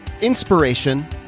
inspiration